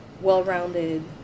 well-rounded